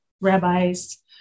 rabbis